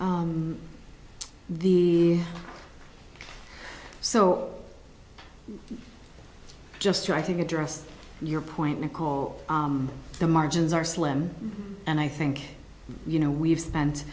sure the so just to i think address your point nicole the margins are slim and i think you know we've spent